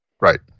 Right